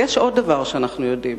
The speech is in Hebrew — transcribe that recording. אבל יש עוד דבר שאנחנו יודעים: